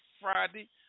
Friday